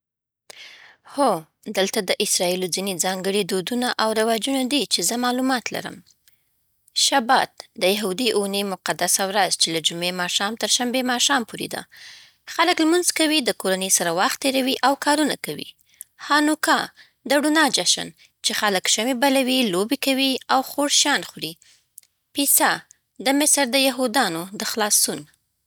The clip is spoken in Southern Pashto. هو، دلته د اسراییلو ځینې ځانګړي دودونه او رواجونه دی چی زه معلومات لرم: شبات د یهودي اونۍ مقدسه ورځ، چې له جمعې ماښام تر شنبې ماښام پورې ده. خلک لمونځ کوي، د کورنۍ سره وخت تېروي، او کار نه کوي. هانوکا د رڼا جشن، چې خلک شمعې بلوي، لوبې کوي، او خوږ شیان خوري. پېسح د مصر نه د یهودانو د خلاصون.